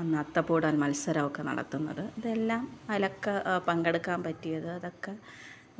അന്ന് അത്തപ്പൂവിടൽ മത്സരം ഒക്കെ നടത്തുന്നത് ഇതെല്ലാം അതിലൊക്കെ പങ്കെടുക്കാൻ പറ്റിയതും അതൊക്കെ